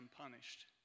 unpunished